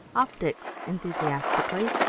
optics! enthusiastically.